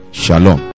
shalom